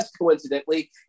coincidentally